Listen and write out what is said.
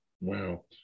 Wow